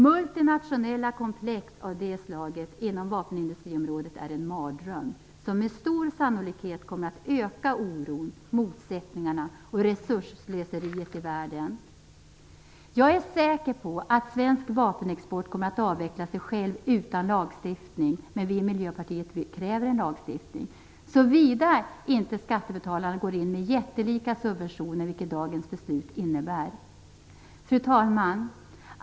Multinationella komplex av detta slag inom vapenindustriområdet är en mardröm, som med stor sannolikhet kommer att öka oron, motsättningarna och resursslöseriet i världen. Jag är säker på att svensk vapenexport kommer att avveckla sig själv utan lagstiftning - men vi i Miljöpartiet kräver en lagstiftning - såvida inte skattebetalarna går in med jättelika subventioner, vilket dagens beslut innebär. Fru talman!